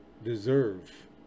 deserve